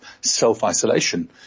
self-isolation